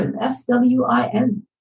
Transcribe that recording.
S-W-I-N